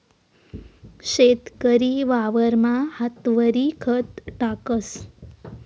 शेतकरी वावरमा हातवरी खत टाकस